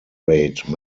rate